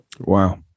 Wow